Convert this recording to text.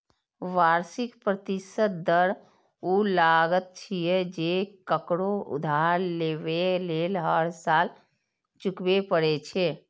वार्षिक प्रतिशत दर ऊ लागत छियै, जे ककरो उधार लेबय लेल हर साल चुकबै पड़ै छै